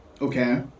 Okay